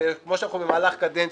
שאנחנו במהלך קדנציה,